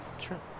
Sure